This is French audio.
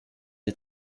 des